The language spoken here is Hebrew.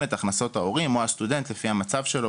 את הכנסות ההורים או הסטודנט לפי המצב שלו,